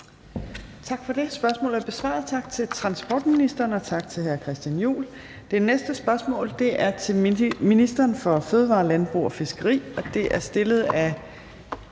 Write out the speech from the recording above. Tak for det. Spørgsmålet er besvaret. Tak til transportministeren, og tak til hr. Christian Juhl. Det næste spørgsmål er til ministeren for fødevarer, landbrug og fiskeri, og det er stillet af